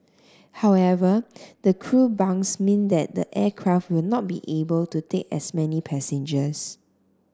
however the crew bunks mean that the aircraft will not be able to take as many passengers